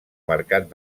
mercat